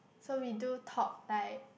so we do talk like